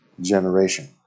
generation